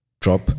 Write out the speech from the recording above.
drop